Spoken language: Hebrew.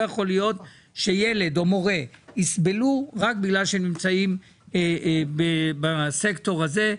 לא יכול להיות שילד או מורה יסבלו רק בגלל שהם נמצאים בסקטור הזה.